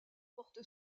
porte